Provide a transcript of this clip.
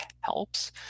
helps